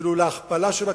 אפילו להכפלה של הכמויות,